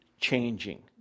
changing